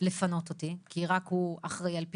לפנות אותי כי רק הוא אחראי על פינוי.